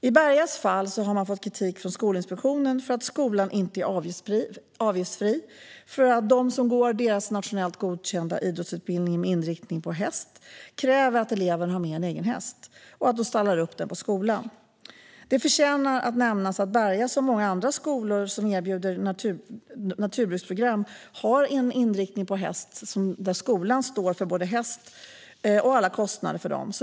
I Bergas fall har man fått kritik från Skolinspektionen för att skolan inte är avgiftsfri. För dem som går skolans nationellt godkända idrottsutbildning med inriktning på häst krävs att eleven har med egen häst och stallar upp den på skolan. Det förtjänar att nämnas att Berga, som många andra skolor som erbjuder naturbruksprogram, också har en inriktning på häst där skolan står för både häst och alla kostnader för den.